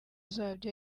zabyo